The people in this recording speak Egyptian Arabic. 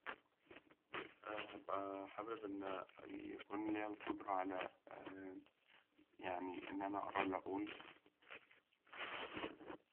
هأبقى حابب إن أنا يكون ليا القدرة على إن أنا أقرأ العقول.